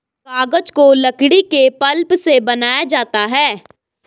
कागज को लकड़ी के पल्प से बनाया जाता है